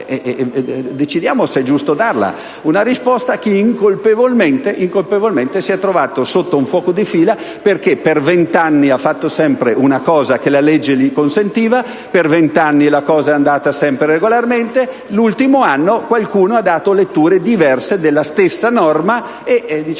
decidiamo se è giusto darla, a chi incolpevolmente si è trovato sotto un fuoco di fila perché per vent'anni ha fatto sempre una cosa che la legge gli consentiva e per vent'anni la cosa è andata sempre regolarmente, mentre l'ultimo anno qualcuno ha dato letture diverse della stessa norma e dei